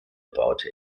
baute